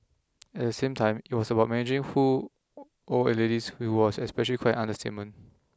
at the same time it was about managing who old ladies which was especially quite an understatement